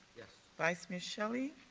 yes. vice mayor shelley.